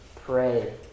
pray